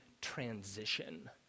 transition